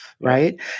right